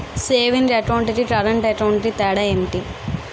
Savings account కి current account కి తేడా ఏమిటి?